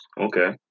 Okay